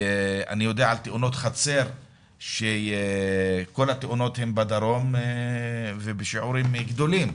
אני יודע שכל תאונות החצר הן בדרום ובשיעורים גדולים.